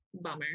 Bummer